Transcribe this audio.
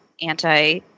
anti